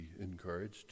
encouraged